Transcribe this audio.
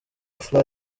fly